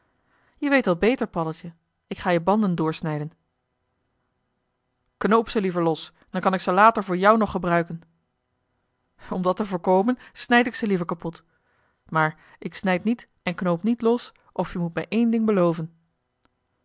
je weet wel beter paddeltje ik ga je banden doorsnijden knoop ze liever los dan kan ik ze later voor jou nog gebruiken om dat te voorkomen snijd ik ze liever kapot maar ik snijd niet en knoop niet los of je moet me één ding beloven